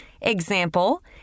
example